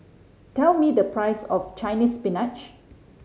tell me the price of Chinese Spinach